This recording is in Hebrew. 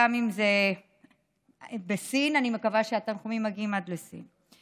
גם אם זה בסין אני מקווה שהתנחומים מגיעים עד לסין.